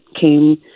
came